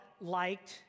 liked